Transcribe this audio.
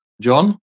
John